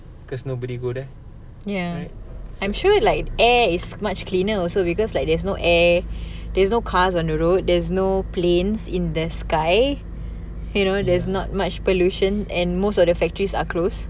ya I'm sure like air is much cleaner also because like there's no air there's no cars on the road there's no planes in the sky you know there's not much pollution and most of the factories are closed